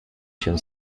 się